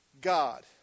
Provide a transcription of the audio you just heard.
God